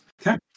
okay